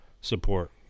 support